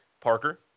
Parker